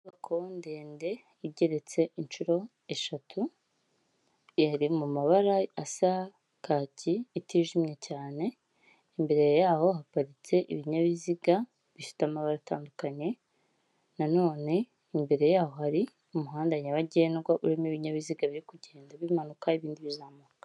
Inyubako ndende igereretse inshuro eshatu, iri mu mabara asa kaki itijimye cyane, imbere yaho haparitse ibinyabiziga bifite amabara atandukanye na none imbere yaho hari umuhanda nyabagendwa urimo ibinyabiziga biri kugenda bimanuka ibindi bizamuka.